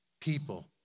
People